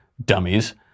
dummies